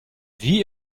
wie